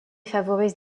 favorise